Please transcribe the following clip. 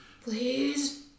Please